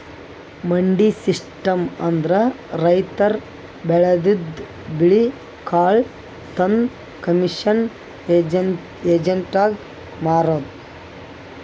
ಮಂಡಿ ಸಿಸ್ಟಮ್ ಅಂದ್ರ ರೈತರ್ ಬೆಳದಿದ್ದ್ ಬೆಳಿ ಕಾಳ್ ತಂದ್ ಕಮಿಷನ್ ಏಜೆಂಟ್ಗಾ ಮಾರದು